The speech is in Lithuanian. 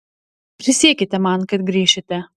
prisiekite man kad grįšite